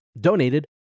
donated